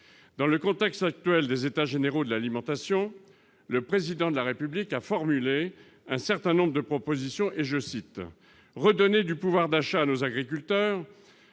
dans le contexte actuel des états généraux de l'alimentation, le président de la République a formulé un certain nombre de propositions et je cite : redonner du pouvoir d'achat nos agriculteurs